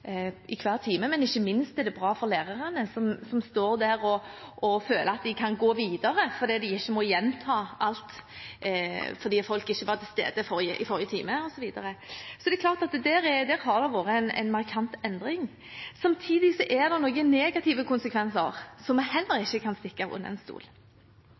i hver time, men ikke minst er det bra for lærerne, som da står der og føler de kan gå videre fordi de ikke må gjenta alt på grunn av at folk ikke var til stede i forrige time, osv. Så det er klart at der har det vært en markant endring. Samtidig er det noen negative konsekvenser som vi heller ikke kan stikke under stol.